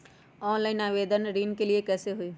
Online आवेदन ऋन के लिए कैसे हुई?